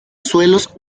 suelos